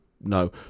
no